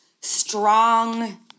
strong